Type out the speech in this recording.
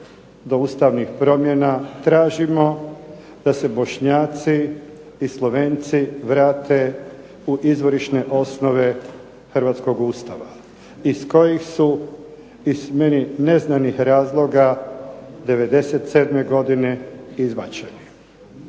do ustavnih promjena tražimo da se Bošnjaci i Slovenci vrate u izvorišne osnove hrvatskog Ustava iz kojih su iz meni neznanih razloga '97. godine izbačeni.